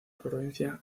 provincia